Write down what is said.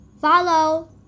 Follow